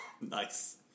Nice